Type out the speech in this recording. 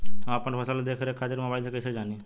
हम अपना फसल के देख रेख खातिर मोबाइल से कइसे जानी?